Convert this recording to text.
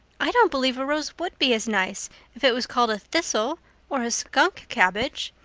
i don't believe a rose would be as nice if it was called a thistle or a skunk cabbage.